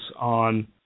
on